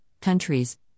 countries